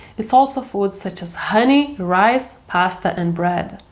it's also foods such as honey, rice, pasta, and bread.